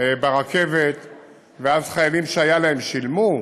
ברכבת ואז חיילים שהיה להם, שילמו,